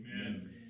Amen